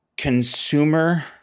consumer